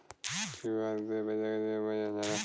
QR से पैसा कैसे भेजल जाला?